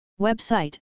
Website